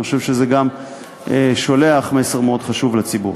אני חושב שזה גם שולח מסר מאוד חשוב לציבור.